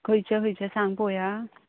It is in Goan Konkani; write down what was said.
खंयचे खंयचे सांग पळोवया